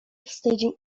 wstydzi